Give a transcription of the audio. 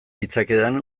ditzakedan